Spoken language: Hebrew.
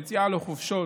יציאה לחופשות,